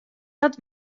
dat